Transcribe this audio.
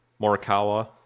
Morikawa